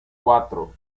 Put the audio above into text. cuatro